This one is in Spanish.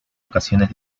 ocasiones